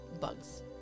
bugs